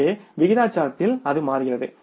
எனவே விகிதாசாரத்தில் அது மாறுகிறது